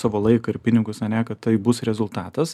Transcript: savo laiką ir pinigus ane kad tai bus rezultatas